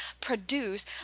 produce